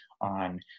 on